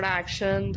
action